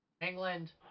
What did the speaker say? England